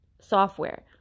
software